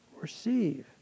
receive